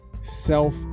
Self